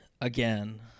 again